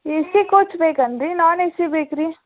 ಏ C coach ಬೇಕಂದ್ರಾ non A C ಬೇಕ್ರಿ